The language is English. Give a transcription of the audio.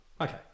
Okay